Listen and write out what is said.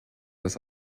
das